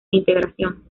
integración